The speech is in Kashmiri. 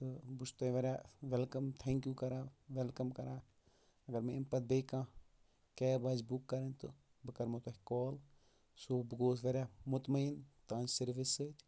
تہٕ بہٕ چھُس تۄہہِ واریاہ ویلکَم تھینکیوٗ کَران ویلکَم کَران اگر مےٚ اَمہِ پَتہٕ بیٚیہِ کانٛہہ کیب آسہِ بُک کَرٕنۍ تہٕ بہٕ کَرٕمو تۄہہِ کال سو بہٕ گوس واریاہ مطمعین تُہَنٛدِ سٔروِس سۭتۍ